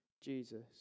Jesus